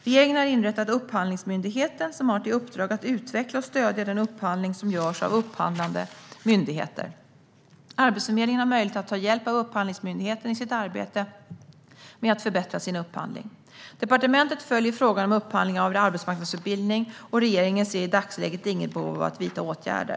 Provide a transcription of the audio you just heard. Regeringen har inrättat Upphandlingsmyndigheten, som har till uppdrag att utveckla och stödja den upphandling som görs av upphandlande myndigheter. Arbetsförmedlingen har möjlighet att ta hjälp av Upphandlingsmyndigheten i sitt arbete med att förbättra sin upphandling. Departementet följer frågan om upphandling av arbetsmarknadsutbildning, och regeringen ser i dagsläget inget behov av att vidta åtgärder.